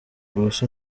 ubuse